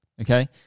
Okay